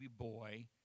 boy